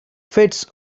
fits